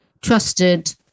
trusted